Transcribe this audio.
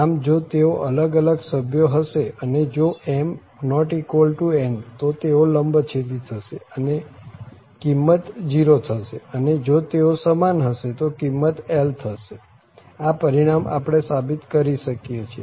આમ જો તેઓ અલગ અલગ સભ્યો હશે અને જો m≠n તો તેઓ લંબછેદી થશે અને કિંમત 0 થશે અને જો તેઓ સમાન હશે તો કિંમત l થશે આ પરિણામ આપણે સાબિત કરી શકીએ છીએ